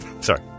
Sorry